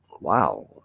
wow